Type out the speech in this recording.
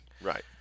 Right